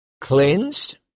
Cleansed